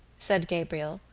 said gabriel,